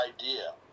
idea